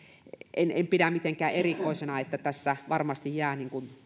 en en pidä mitenkään erikoisena että tässä varmasti jää